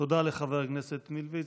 תודה לחבר הכנסת מלביצקי.